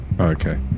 Okay